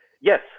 Yes